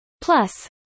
Plus